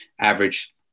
average